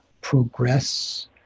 progress